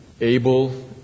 able